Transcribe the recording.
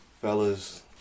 Fellas